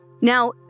Now